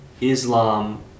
Islam